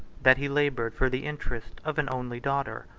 that he labored for the interest of an only daughter,